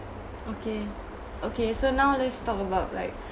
okay okay so now let's talk about like